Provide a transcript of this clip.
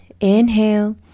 inhale